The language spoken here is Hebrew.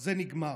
זה נגמר.